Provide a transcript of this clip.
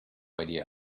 idea